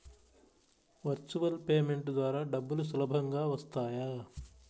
Virtual payment ద్వారా డబ్బులు సులభంగా వస్తాయా?